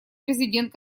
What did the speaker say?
президент